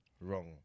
wrong